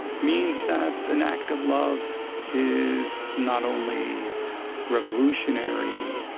means that an act of love is not only revolutionary,